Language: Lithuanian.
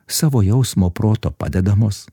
savo jausmo proto padedamos